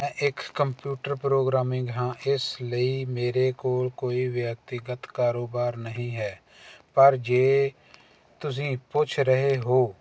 ਮੈਂ ਇੱਕ computer programming ਹਾਂ ਇਸ ਲਈ ਮੇਰੇ ਕੋਲ ਕੋਈ ਵਿਅਕਤੀਗਤ ਕਾਰੋਬਾਰ ਨਹੀਂ ਹੈ ਪਰ ਜੇ ਤੁਸੀਂ ਪੁੱਛ ਰਹੇ ਹੋ